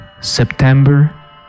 September